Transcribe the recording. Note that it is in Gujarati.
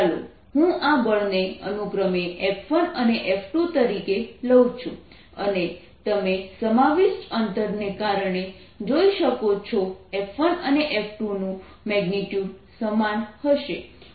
ચાલો હું આ બળને અનુક્રમે F1 અને F2 તરીકે લઉ છું અને તમે સમાવિષ્ટ અંતરને કારણે જોઈ શકો છો F1 અને F2 નું મેગ્નિટ્યુડ સમાન હશે